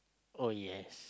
oh yes